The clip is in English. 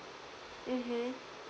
mmhmm